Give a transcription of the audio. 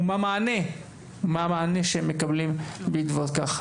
ומה המענה שמקבלים בעקבות כך.